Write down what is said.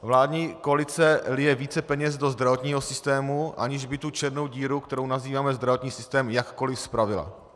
Vládní koalice lije více peněz do zdravotního systému, aniž by tu černou díru, kterou nazýváme zdravotní systém, jakkoliv spravila.